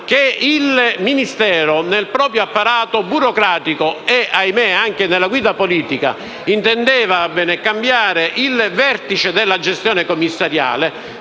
che il Ministero, nel proprio apparato burocratico e - ahimè - anche nella guida politica, intendeva cambiare il vertice della gestione commissariale,